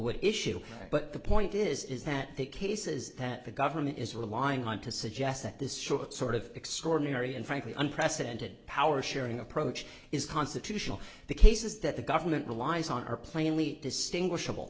would issue but the point is is that the cases that the government is relying on to suggest that this short sort of extraordinary and frankly unprecedented power sharing approach is constitutional the cases that the government relies on are plainly distinguish